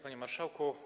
Panie Marszałku!